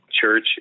church